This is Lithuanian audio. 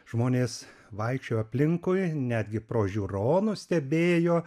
žmonės vaikščiojo aplinkui netgi pro žiūronus stebėjo